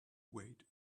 wait